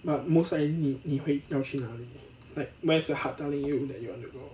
but most like 你你会要去哪里 like where's your heart telling you that you want to go